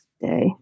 day